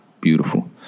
beautiful